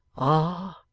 ah!